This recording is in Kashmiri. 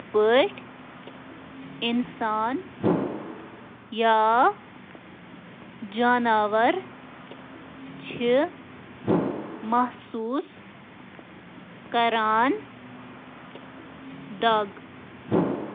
تِمن چُھ نہٕ کانٛہہ تہِ سِگنل سوزنہٕ خٲطرٕ دٮ۪ماغ آسان۔